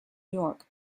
york